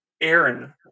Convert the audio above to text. Aaron